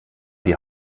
die